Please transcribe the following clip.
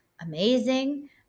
amazing